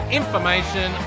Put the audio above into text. information